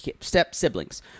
step-siblings